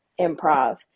improv